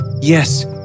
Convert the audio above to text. Yes